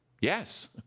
Yes